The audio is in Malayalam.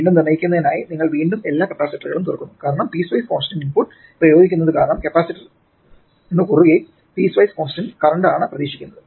വീണ്ടും നിർണ്ണയിക്കുന്നതിനായി നിങ്ങൾ വീണ്ടും എല്ലാ കപ്പാസിറ്ററുകളും തുറക്കുന്നു കാരണം പീസ് വൈസ് കോൺസ്റ്റന്റ് ഇൻപുട്ട് പ്രയോഗിക്കുന്നത് കാരണം കപ്പാസിറ്ററിനു കുറുകെ പീസ് വൈസ് കോൺസ്റ്റന്റ് കറന്റ് ആണ് പ്രതീക്ഷിക്കുന്നത്